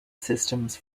systems